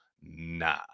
nah